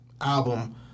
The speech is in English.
album